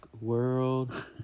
world